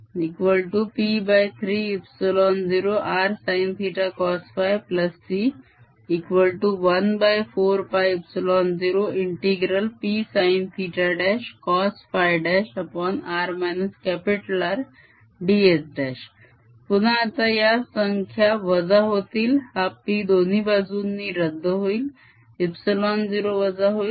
sinsinϕ।r R।ds4π3rsinθcosϕC पुन्हा आता या संख्या वजा होतील हा P दोन्ही बाजूंनी रद्द होईल epsilon 0 वजा होईल